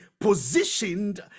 positioned